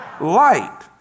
Light